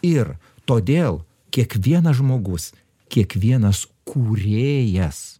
ir todėl kiekvienas žmogus kiekvienas kūrėjas